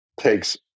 takes